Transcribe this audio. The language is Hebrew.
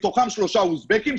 מתוכם שלושה אוזבקיים,